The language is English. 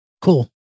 Cool